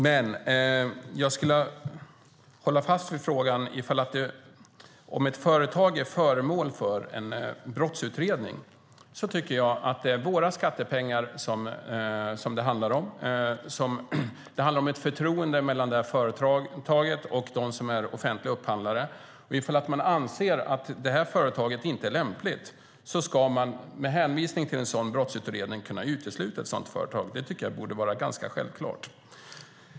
Men jag håller fast vid frågan: Om ett företag är föremål för en brottsutredning är det våra skattepengar som det handlar om, och det handlar om ett förtroende mellan företaget och de som är offentliga upphandlare. Ifall man anser att företaget inte är lämpligt ska man - med hänvisning till en sådan brottsutredning - kunna utesluta ett sådant företag. Det tycker jag borde vara ganska självklart.